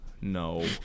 No